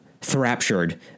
thraptured